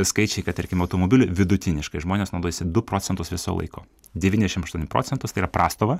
skaičiai kad tarkim automobilį vidutiniškai žmonės naudojasi du procentus viso laiko devyniasdešim aštuoni procentus tai yra prastova